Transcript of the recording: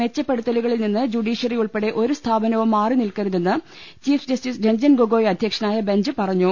മെച്ച പ്പെടുത്തലുകളിൽ നിന്ന് ജുഡീഷ്യറി ഉൾപ്പെടെ ഒരു സ്ഥാപനവും മാറി നിൽക്കരുതെന്ന് ചീഫ് ജസ്റ്റിസ് രഞ്ജൻ ഗൊഗോയി അധ്യക്ഷ നായ ബെഞ്ച് പറഞ്ഞു